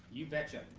you betcha.